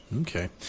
Okay